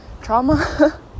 trauma